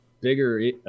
bigger